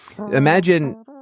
Imagine